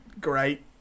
Great